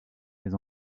mais